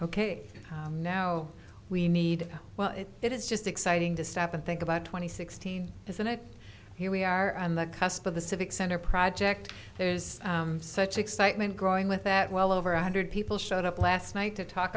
know we need well it is just exciting to stop and think about twenty sixteen isn't it here we are on the cusp of the civic center project there is such excitement growing with that well over one hundred people showed up last night to talk